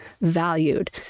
valued